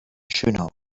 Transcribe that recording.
schöner